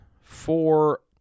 four